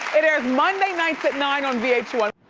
it airs monday nights at nine on v h one.